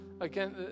Again